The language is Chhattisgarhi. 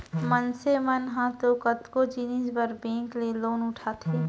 मनसे मन ह तो कतको जिनिस बर बेंक ले लोन उठाथे